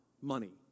money